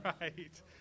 right